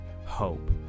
hope